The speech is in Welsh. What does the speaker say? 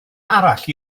arall